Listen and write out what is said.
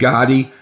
Gotti